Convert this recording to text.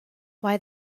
why